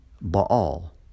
Baal